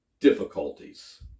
difficulties